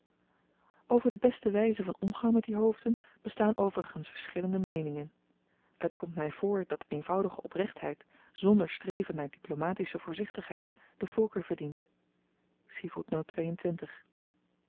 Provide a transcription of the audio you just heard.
over de beste wijze van omgang met die hoofden bestaan overigens verschillende meeningen het komt my voor dat eenvoudige oprechtheid zonder streven naar diplomatische voorzichtigheid de voorkeur verdient